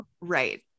Right